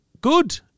good